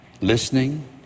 listening